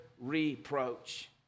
reproach